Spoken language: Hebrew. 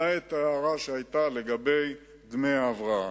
למעט ההערה שהיתה לגבי דמי ההבראה.